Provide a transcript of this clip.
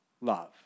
love